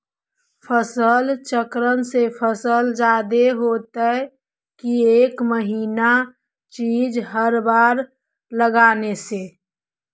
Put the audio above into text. फसल चक्रन से फसल जादे होतै कि एक महिना चिज़ हर बार लगाने से?